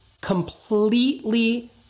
completely